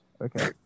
Okay